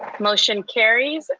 motion carries.